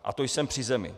A to jsem při zemi.